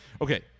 Okay